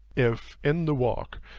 if, in the walk,